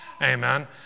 Amen